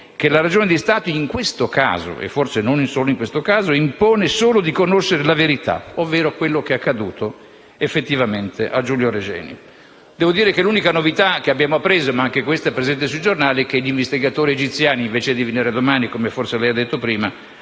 che la ragione di Stato, in questo caso - e forse non solo in questo - impone solo di conoscere la verità, ovvero quello che è accaduto effettivamente a Giulio Regeni. Devo dire che l'unica novità che abbiamo appreso (ma anche questa è presente sui giornali) è che gli investigatori egiziani, invece di venire domani, come forse lei ha detto prima,